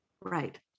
Right